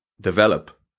develop